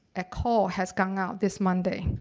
a call has gone out this monday,